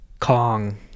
Kong